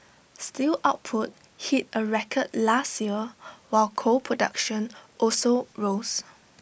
steel output hit A record last year while coal production also rose